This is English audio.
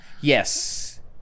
Yes